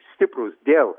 stiprūs dėl